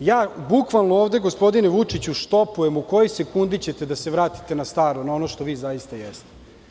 ja bukvalno ovde, gospodine Vučiću, štopujem u kojoj sekundi ćete da se vratite na staro, na ono što vi zaista jeste.